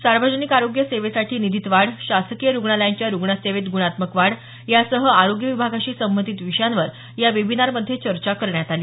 सार्वजनिक आरोग्य सेवेसाठी निधीत वाढ शासकीय रुग्णालयांच्या रुग्णसेवेत गुणात्मक वाढ यासह आरोग्य विभागाशी संबंधित विषयांवर या वेबिनारमध्ये चर्चा करण्यात आली